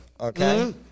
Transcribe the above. Okay